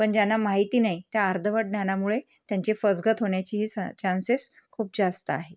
पण ज्यांना माहिती नाही त्या अर्धवट ज्ञानामुळे त्यांचे फसगत होण्याचीही स चान्सेस खूप जास्त आहेत